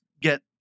get